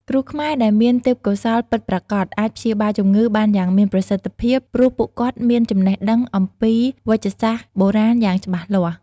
គ្រូខ្មែរដែលមានទេពកោសល្យពិតប្រាកដ អាចព្យាបាលជម្ងឺបានយ៉ាងមានប្រសិទ្ធភាព ព្រោះពួកគាត់មានចំណេះដឹងអំពីវេជ្ជសាស្ត្របុរាណយ៉ាងច្បាស់លាស់។